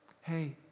hey